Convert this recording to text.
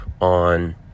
on